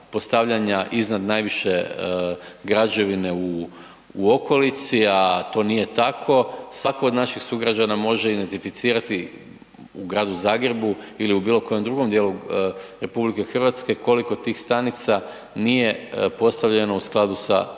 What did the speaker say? postavljanja iznad najviše građevine u okolici, a to nije tako svatko od naših sugrađana može identificirati u Gradu Zagrebu ili u bilo kojem drugom dijelu RH koliko tih stanica nije postavljeno u skladu sa